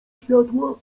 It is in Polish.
światła